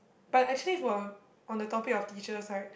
but actually for on the topic of teachers right